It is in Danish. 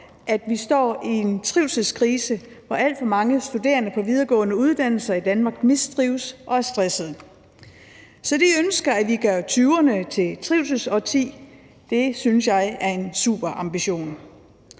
at vi står i en trivselskrise, hvor alt for mange studerende på videregående uddannelser i Danmark mistrives og er stressede. Så de ønsker, at vi gør 2020'erne til et trivselsårti, og det synes jeg er en super ambition.